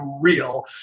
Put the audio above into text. real